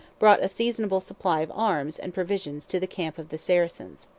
brought a seasonable supply of arms and provisions to the camp of the saracens.